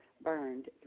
burned